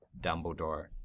dumbledore